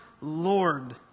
Lord